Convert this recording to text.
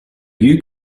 you